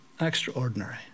Extraordinary